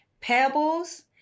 Pebbles